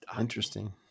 Interesting